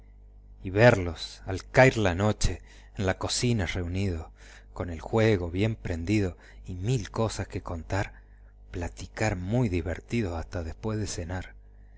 y verlos al cair la tarde en la cocina riunidos con el juego bien prendido y mil cosas que contar platicar muy divertidos hasta después de cenar